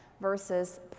versus